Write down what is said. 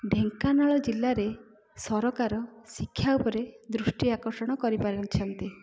ଢ଼େଙ୍କାନାଳ ଜିଲ୍ଲାରେ ସରକାର ଶିକ୍ଷା ଉପରେ ଦୃଷ୍ଟି ଆକର୍ଷଣ କରିପାରିଛନ୍ତି